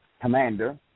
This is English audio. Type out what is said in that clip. commander